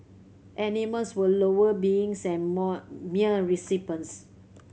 animals were lower beings and more mere recipients